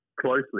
closely